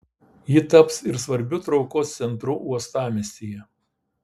ji taps ir svarbiu traukos centru uostamiestyje